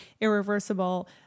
irreversible